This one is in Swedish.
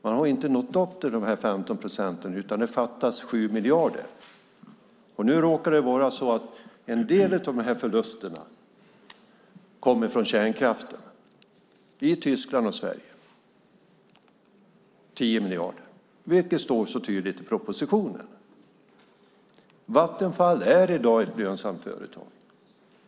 Man har inte nått upp till de 15 procenten, utan det fattas 7 miljarder per år. Nu råkar det vara så att en del av de här förlusterna kommer från kärnkraften i Tyskland och Sverige. Det handlar totalt om 10 miljarder, vilket står tydligt i propositionen. Vattenfall är i dag ett lönsamt företag.